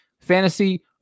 fantasy